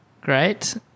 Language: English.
Great